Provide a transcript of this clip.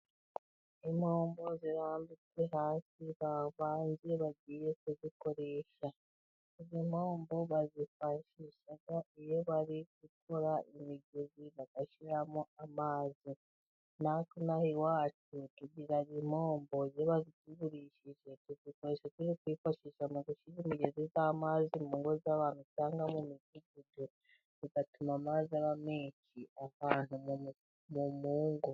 Impombo zirambitswe hasi ba bandi bagiye kuzikoresha. Izi mpombo bazifashyusha iyo bari gukora imigezi, bagashyiramo amazi. Natwe inaha iwacu tugira impombo iyo bazitugurishije tuyikoresha turi kwifashisha mu gushyira imigezi y'amazi mu ngo z'abantu cyangwa mu midugudu, bigatuma amazi aba menshi ahantu mu mu ngo.